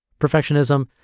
Perfectionism